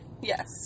Yes